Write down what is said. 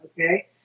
Okay